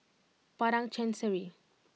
Padang Chancery